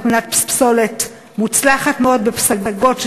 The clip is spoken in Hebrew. מטמנת פסולת מוצלחת מאוד בפסגות,